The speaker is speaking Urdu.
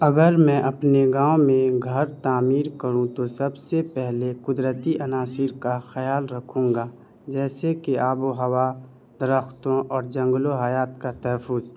اگر میں اپنے گاؤں میں گھر تعمیر کروں تو سب سے پہلے قدرتی عناصر کا خیال رکھوں گا جیسے کہ آب و ہوا درختوں اور جنگل و حیات کا تحفظ